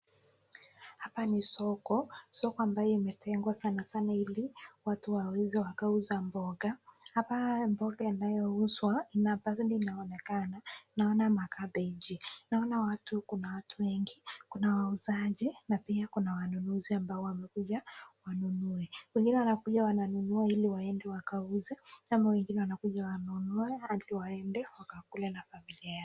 Hapa ni soko. Soko ambalo limetengwa sanaa sanaa ili watu waweze wakauze mboga. Hapa mboga inayouzwa inafaida inaonekana. Naona makabeji, naona watu kuna watu wengi. Kuna wauzaji na pia kuna wanunuzi ambao wamekuja wanunue. Wengine nao pia wananunua ili waende wakauze ama wengine wanakuja wanunue ili waende wakakule na familia yao.